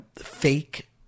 fake